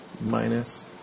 minus